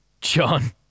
John